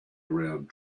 around